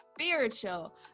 spiritual